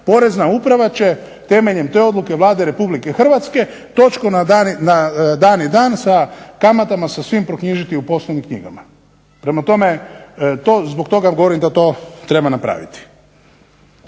POrezna uprava će temeljem te odluke Vlade RH točno na dani dan s kamatama sa svim proknjižiti u poslovnim knjigama. Prema tome, zbog toga vam govorim da to treba napraviti.